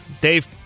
Dave